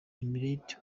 emirates